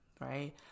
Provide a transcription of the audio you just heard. right